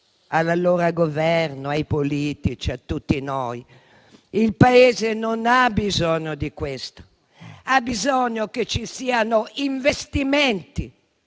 di allora, ai politici e a tutti noi? Il Paese non ha bisogno di questo, ma ha bisogno che ci siano investimenti,